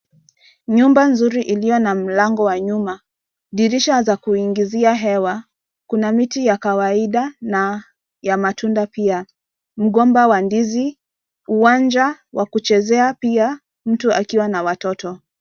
Nyumba nzuri iliyo na mlango wa nyuma. Dirisha za kuingizia hewa. Kuna miti ya kawaida na ya matunda pia, Mgomba wa ndizi, uwanja wa kuchezea pia, mtu akiwa na watoto.